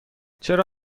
چرا